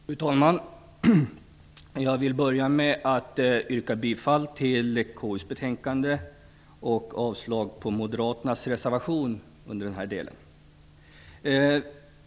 Fru talman! Jag vill börja med att yrka bifall till hemställan i KU:s betänkande och avslag på Moderaternas reservation under den här delen.